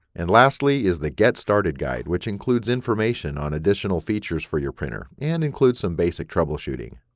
and lastly is the get started guide which includes information on additional features for your printer, and includes some basic troubleshooting.